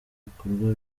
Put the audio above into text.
bikorwa